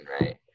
Right